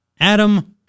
Adam